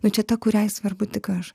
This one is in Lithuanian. nu čia ta kuriai svarbu tik aš